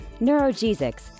Neurogesics